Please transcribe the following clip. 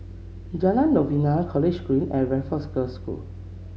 Jalan Novena College Green and Raffles Girls' School